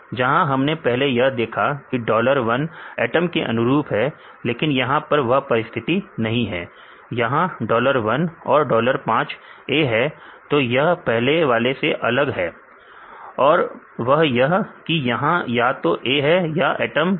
जहां हमने पहले यह देखा की डॉलर 1 एटम के अनुरूप है लेकिन यहां पर वह परिस्थिति नहीं है यहां डॉलर 1 और डॉलर 5 A है तो यह पहले वाले से अलग है और वह यह कि यहां या तो A है या एटम है